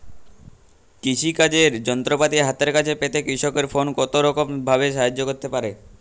কৃষিকাজের যন্ত্রপাতি হাতের কাছে পেতে কৃষকের ফোন কত রকম ভাবে সাহায্য করতে পারে?